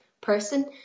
person